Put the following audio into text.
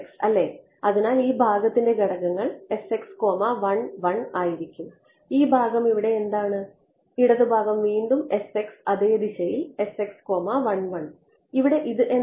അല്ലേ അതിനാൽ ഈ ഭാഗത്തിന്റെ ഘടകങ്ങൾ ആയിരിക്കും ഈ ഭാഗം ഇവിടെ എന്താണ് ഇടത് ഭാഗം വീണ്ടും അതേ ദിശയിൽ ഇവിടെ ഇത് എന്താണ്